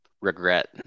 Regret